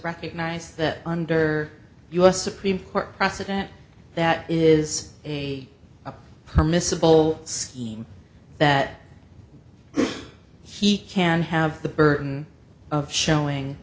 recognized that under u s supreme court precedent that is a a permissive bowl scheme that he can have the burden of showing